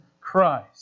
Christ